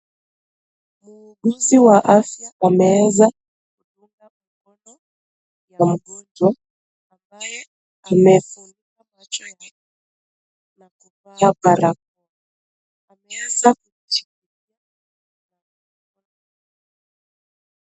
muhuguzi wa afya wameweza ya wagonjwa ambaye na amevaa barakoa ameweza